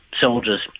soldiers